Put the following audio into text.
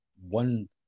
one